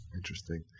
Interesting